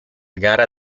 gara